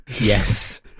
Yes